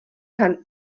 kann